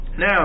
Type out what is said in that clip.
Now